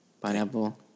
Pineapple